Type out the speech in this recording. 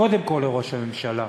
קודם כול לראש הממשלה,